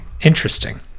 interesting